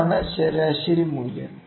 ഇതാണ് ശരാശരി മൂല്യം